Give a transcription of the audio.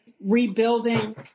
rebuilding